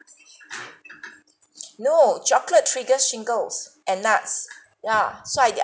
no chocolate triggers shingles and nuts yeah so I didn't